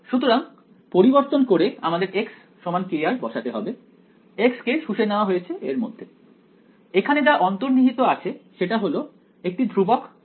সুতরাং পরিবর্তন করে আমাদের x kr বসাতে হবে x কে শুষে নেওয়া হয়েছে এর মধ্যে এখানে যা অন্তর্নিহিত আছে সেটা হল একটি ধ্রুবক k